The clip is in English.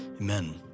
amen